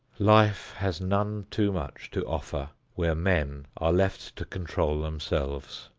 life has none too much to offer where men are left to control themselves,